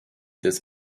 des